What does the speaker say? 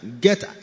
get